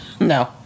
No